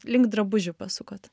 link drabužių pasukot